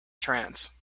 trance